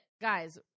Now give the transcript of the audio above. guys